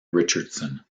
richardson